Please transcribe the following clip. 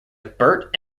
bert